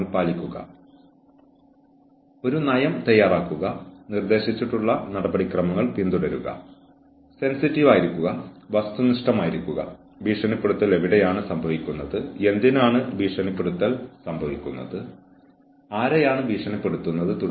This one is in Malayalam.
കൂടാതെ അവൾ അല്ലെങ്കിൽ അവൻ മുൻകാലങ്ങളിൽ നേരിട്ടേക്കാവുന്ന പ്രശ്നങ്ങൾ തരണം ചെയ്യുന്നതിനായി മുന്നോട്ട് പോകാനുള്ള പ്രതീക്ഷ ജീവനക്കാരന് നൽകുക